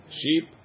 sheep